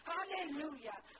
Hallelujah